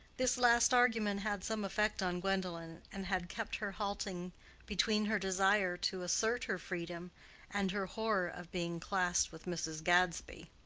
this last argument had some effect on gwendolen, and had kept her halting between her desire to assert her freedom and her horror of being classed with mrs. gadsby.